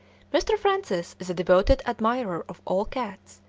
mr. francis is a devoted admirer of all cats,